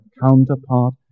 counterpart